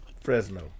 Fresno